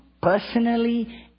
personally